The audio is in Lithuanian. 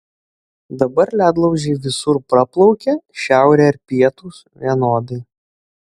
dabar ledlaužiai visur praplaukia šiaurė ar pietūs vienodai